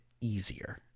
easier